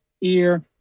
ear